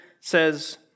says